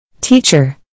Teacher